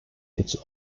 its